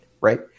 right